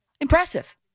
Impressive